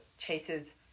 Chase's